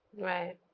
right